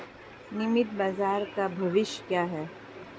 नियमित बाजार का भविष्य क्या है?